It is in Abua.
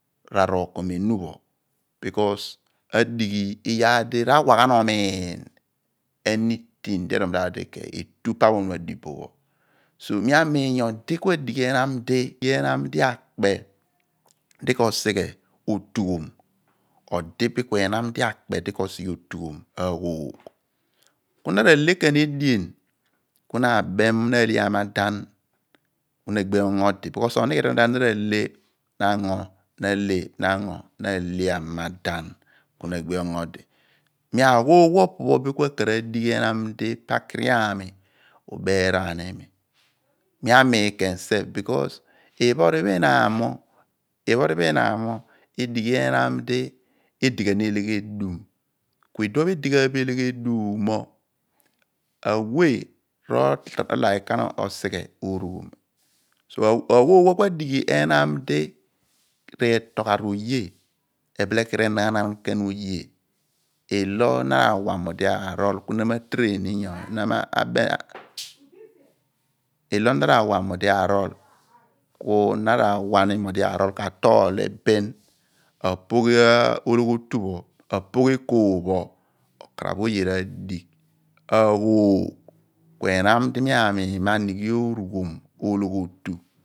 R'arookom ehnu pho because adighi iyaar di ra/wa ghan omiin iyaar io erol mudaadi r'etu pa ohnu adibolo pho, mi amiin mo odi ku adighi enam di ekpe di ko tughom, odi bin ku ehaan di ekpe di ko sight otughom. ku na ra le ken ni evien, na ka le amadon ku na gbi loor ongu odi loor esi di inighe di na ra le, r'ango eeye, na ka le amadan ku na gbi ongo odi. aghoogh pho opo pho ku akar adugbi ehnam di pakiri ami ubeeraan iini mi amiin mo loor esi because di iphenpho ihnam mo edighi ihnam di edi ghan eleyhedum. Ku iduon edi ghan kosighe bidi oraghom aghough pho ku adighi ehnam di r'etol ghan r'oye keenaghanan ken oye. Ilo na ra wa mo odi arol ku na ma aakonom ni nyodi ku na ra wa mo odi arol k'atol li bin apogh ologh wju pho, apogh eekool pho, okaraph oye ra/digh. aghoogh ku ehnam di mi amiin mo asighe orughom ologhiutu.